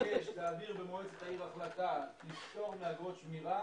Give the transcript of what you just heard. מבקש להעביר במועצת העיר החלטה לפטור מאגרות שמירה,